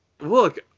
look